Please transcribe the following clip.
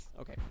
Okay